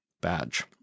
badge